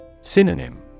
Synonym